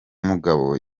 mugabo